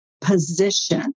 position